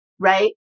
right